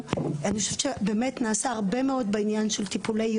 לשלוח אותה למות בבית.